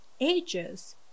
ages